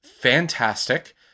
fantastic